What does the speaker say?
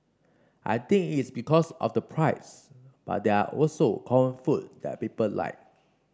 I think it's because of the price but there are also common food that people like